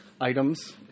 items